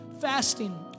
fasting